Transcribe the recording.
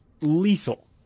lethal